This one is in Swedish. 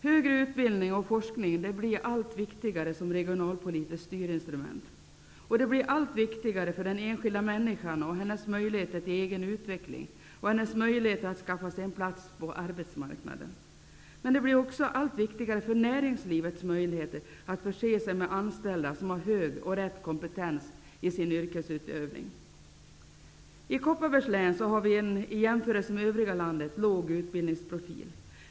Högre utbildning och forskning blir allt viktigare som regionalpolitiskt styrinstrument. Den blir allt viktigare för den enskilda människan och hennes möjligheter till egen utveckling samt hennes möjligheter att skaffa sig en plats på arbetsmarknaden. Den blir också allt viktigare för näringslivets möjligheter att förse sig med anställda som har hög och rätt kompetens i sin yrkesutövning. I Kopparbergs län har vi en, vid jämförelse med övriga landet, låg utbildningsprofil.